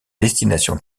destination